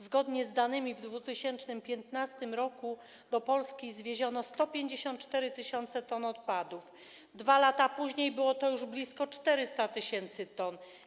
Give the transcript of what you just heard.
Zgodnie z danymi w 2015 r. do Polski zwieziono 154 tys. t odpadów, 2 lata później było to już blisko 400 tys. t.